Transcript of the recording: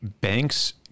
banks